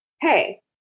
hey